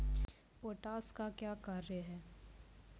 Potash का क्या कार्य हैं?